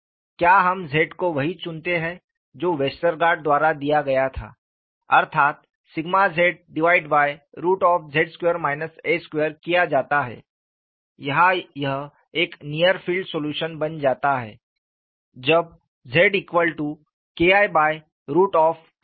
क्या हम Z को वही चुनते हैं जो वेस्टरगार्ड द्वारा दिया गया था अर्थात zz2 a2 किया जाता है या यह एक नियर फील्ड सॉल्यूशन बन जाता है जब ZKI2z0 होता है